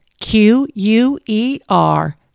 Q-U-E-R